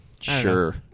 Sure